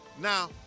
Now